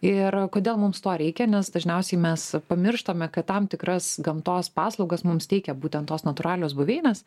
ir kodėl mums to reikia nes dažniausiai mes pamirštame kad tam tikras gamtos paslaugas mums teikia būtent tos natūralios buveinės